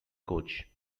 coach